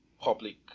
public